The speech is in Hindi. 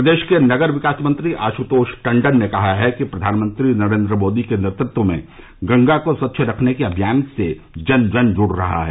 प्रदेश के नगर विकास मंत्री आशुतोष टंडन ने कहा कि प्रधानमंत्री नरेंद्र मोदी के नेतृत्व में गंगा को स्वच्छ रखने के अमियान से जन जन जुड़ रहा है